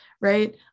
right